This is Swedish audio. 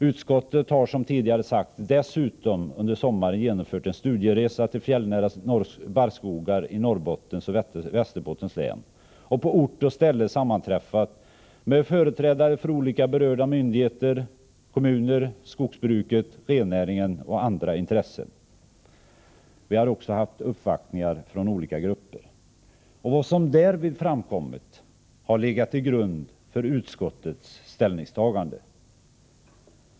Utskottet har dessutom, som tidigare sagts, under sommaren genomfört en studieresa till fjällnära barrskogar i Norrbottens och Västerbottens län och på ort och ställe sammanträffat med företrädare för olika, berörda myndigheter och kommuner och för skogsbruket, rennäringen och andra intressen. Vi har också haft uppvaktningar från olika grupper. Vad som därvid framkommit har legat till grund för utskottets ställningstagande.